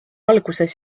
alguses